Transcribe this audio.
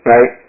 Right